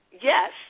yes